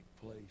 place